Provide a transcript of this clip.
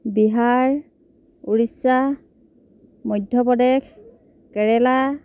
Bihar Odisha Madhya Pradesh Kerala